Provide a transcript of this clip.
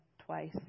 twice